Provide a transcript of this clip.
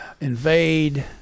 invade